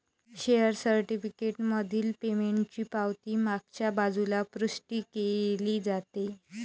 share certificate मधील पेमेंटची पावती मागच्या बाजूला पुष्टी केली जाते